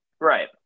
Right